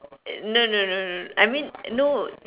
no no no no no I mean no